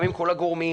גם עם כל הגורמים,